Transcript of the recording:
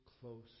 close